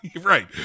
right